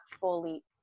fully